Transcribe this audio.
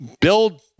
Build